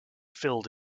filled